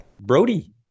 Brody